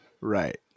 right